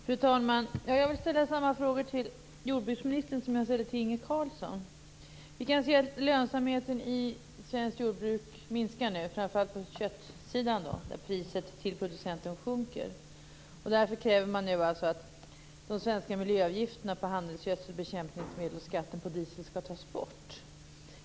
Fru talman! Jag vill ställa samma frågor till jordbruksministern som jag ställde till Inge Carlsson. Vi kan se att lönsamheten i svenskt jordbruk minskar, framför allt på kött där priset till producenten sjunker. Därför kräver man att de svenska miljöavgifterna på handelsgödsel och bekämpningsmedel och skatten på diesel skall tas bort.